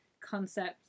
concept